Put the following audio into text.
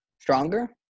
Stronger